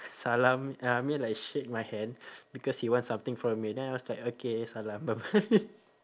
salam I mean like shake my hand because he wants something from me then I was like okay salam bye bye